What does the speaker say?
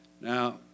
Now